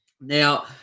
Now